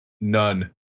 none